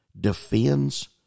defends